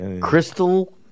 Crystal